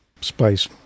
space